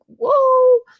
whoa